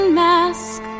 mask